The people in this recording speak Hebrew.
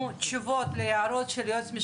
זהו, מיצינו את הדיון.